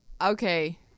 Okay